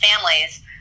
families